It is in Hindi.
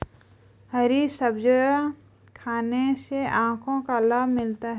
हरी सब्जियाँ खाने से आँखों को लाभ मिलता है